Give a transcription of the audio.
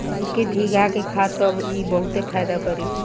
इके भीगा के खा तब इ बहुते फायदा करि